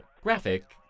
Graphic